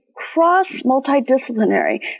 cross-multidisciplinary